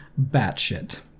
batshit